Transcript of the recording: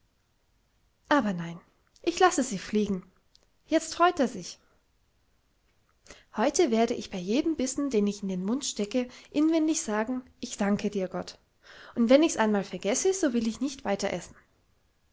aber nein ich lasse sie fliegen jetzt freut er sich heute werde ich bei jedem bissen den ich in den mund stecke inwendig sagen ich danke dir gott und wenn ichs einmal vergesse so will ich nicht weiter essen